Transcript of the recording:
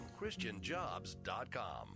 christianjobs.com